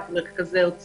את מרכזי עוצמה.